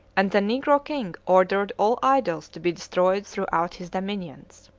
and the negro king ordered all idols to be destroyed throughout his dominions.